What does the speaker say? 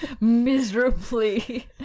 miserably